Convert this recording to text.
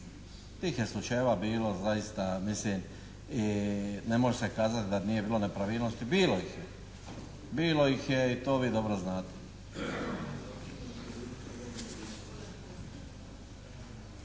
Tih je slučajeva bilo zaista, mislim i ne može se kazati da nije bilo nepravilnosti. Bilo ih je. Bilo ih je i to vi dobro znate.